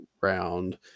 round